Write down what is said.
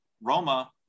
Roma